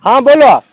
हॅं बोल